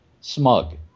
smug